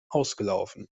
ausgelaufen